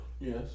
Yes